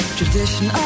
tradition